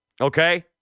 Okay